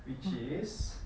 which is